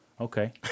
Okay